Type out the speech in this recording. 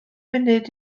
munud